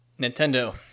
Nintendo